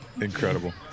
Incredible